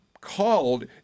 called